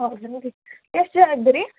ಹೌದ್ರಿ ಎಷ್ಟು ಜನದ್ರಿ